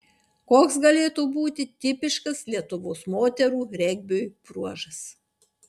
koks galėtų būti tipiškas lietuvos moterų regbiui bruožas